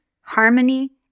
harmony